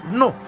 no